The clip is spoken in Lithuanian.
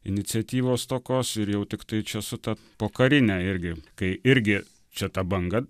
iniciatyvos stokos ir jau tiktai čia su ta pokarine irgi kai irgi čia ta banga